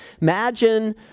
Imagine